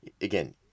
Again